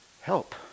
help